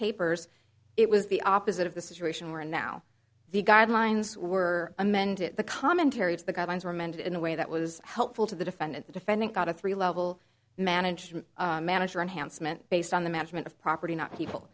capers it was the opposite of the situation we're in now the guidelines were amended the commentaries the guidelines were amended in a way that was helpful to the defendant the defendant got a three level management manager enhancement based on the management of property not people